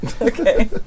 Okay